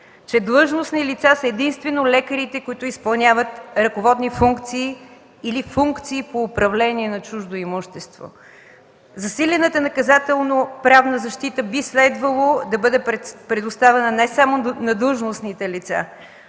че длъжностни лица са единствено лекарите, които изпълняват ръководни функции или функции по управление на чуждо имущество. Засилената наказателноправна защита би следвало да бъде предоставена не само на длъжностните лица,